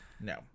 no